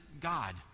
God